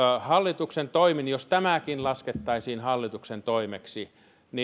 hallituksen toimin jos tämäkin laskettaisiin hallituksen toimeksi